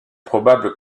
probable